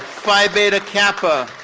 phi beta kappa.